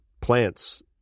plants